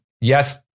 yes